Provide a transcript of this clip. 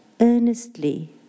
Earnestly